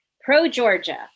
Pro-Georgia